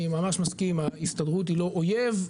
ממש מסכים עם האמירה שההסתדרות היא לא אויב.